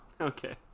Okay